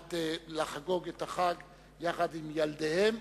מאת חבר הכנסת יוחנן פלסנר,